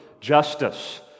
justice